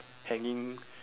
hanging